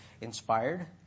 inspired